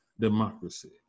democracy